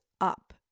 up